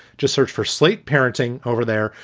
just search for slate parenting over there.